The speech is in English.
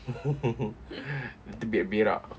terberak-berak